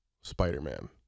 spider-man